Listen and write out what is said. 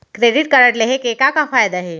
Credit card लेहे के का का फायदा हे?